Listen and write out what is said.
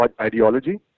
ideology